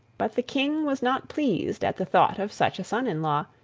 but the king was not pleased at the thought of such a son-in-law,